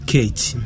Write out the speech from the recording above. Kate